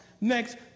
Next